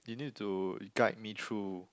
you need to guide me through